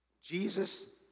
Jesus